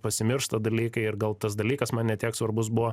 pasimiršta dalykai ir gal tas dalykas man ne tiek svarbus buvo